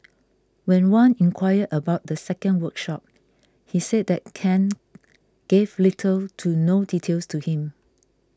when Wan inquired about the second workshop he said that Ken gave little to no details to him